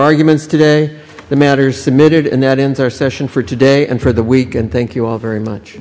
arguments today the matter submitted and that entire session for today and for the week and thank you all very much